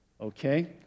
Okay